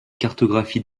cartographie